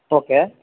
okay